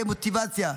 תהיה מוטיבציה,